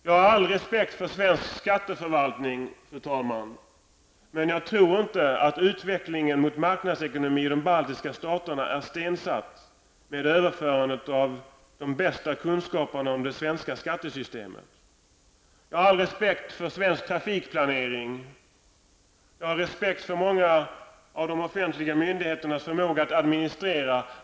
Jag har respekt för svensk skatteförvaltning, fru talman, men jag tror inte att utvecklingen mot marknadsekonomi i de baltiska staterna är stensatt med överförandet av de bästa kunskaperna om det svenska skattesystemet. Jag har all respekt för svensk trafikplanering. Jag har respekt för många av de offentliga myndigheternas förmåga att administrera.